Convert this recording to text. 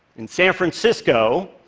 in san francisco,